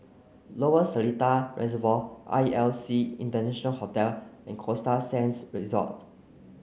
Lower Seletar Reservoir R E L C International Hotel and Costa Sands Resort